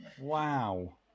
wow